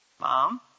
Mom